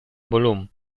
volum